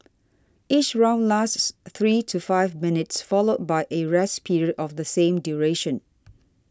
each round lasts three to five minutes followed by a rest period of the same duration